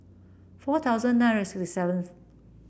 four thousand nine hundred sixty seventh